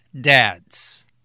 Dads